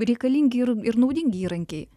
reikalingi ir ir naudingi įrankiai